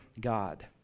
God